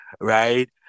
right